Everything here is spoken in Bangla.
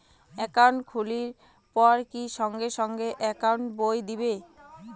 একাউন্ট খুলির পর কি সঙ্গে সঙ্গে একাউন্ট বই দিবে?